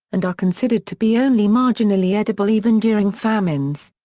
and are considered to be only marginally edible even during famines.